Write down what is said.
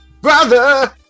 brother